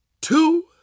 two